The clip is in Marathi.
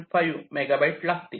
5 मेगाबाइट लागतील